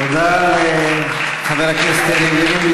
(מחיאות כפיים) תודה לחבר הכנסת יריב לוין,